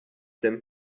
dem